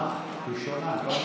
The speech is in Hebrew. היחסים עם ארצות הברית,